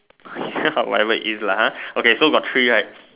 ya whatever is lah ha okay so got three right